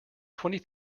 twenty